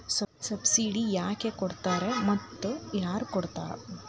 Subsidy ಯಾಕೆ ಕೊಡ್ತಾರ ಮತ್ತು ಯಾರ್ ಕೊಡ್ತಾರ್?